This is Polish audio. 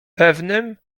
pewnym